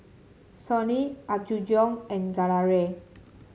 Sony Apgujeong and Gelare